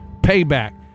Payback